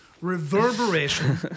Reverberation